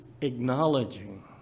acknowledging